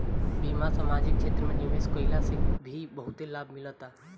बीमा आ समाजिक क्षेत्र में निवेश कईला से भी बहुते लाभ मिलता